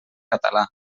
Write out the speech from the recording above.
català